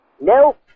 Nope